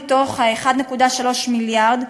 מתוך 1.3 המיליארד,